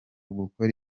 gukora